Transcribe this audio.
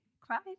cried